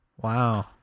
Wow